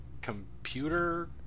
Computer